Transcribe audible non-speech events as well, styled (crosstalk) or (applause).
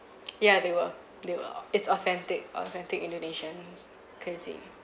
(noise) ya they were they were it's authentic authentic indonesian's cuisine